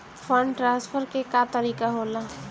Fund transfer के का तरीका होला?